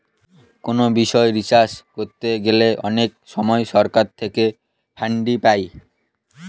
কোনো বিষয় রিসার্চ করতে গেলে অনেক সময় সরকার থেকে ফান্ডিং পাই